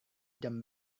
jam